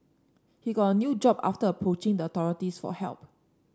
he got a new job after approaching the authorities for help